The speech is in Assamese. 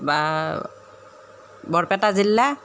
বৰপেটা জিলা